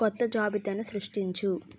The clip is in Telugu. కొత్త జాబితాను సృష్టించు